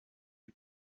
est